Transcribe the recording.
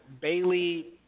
Bailey